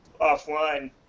offline